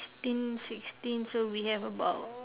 sixteen sixteen so we have about